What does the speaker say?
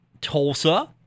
Tulsa